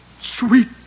sweet